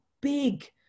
big